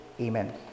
Amen